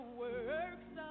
works